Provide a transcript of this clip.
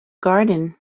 garden